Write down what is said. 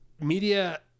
media